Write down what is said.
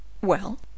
Well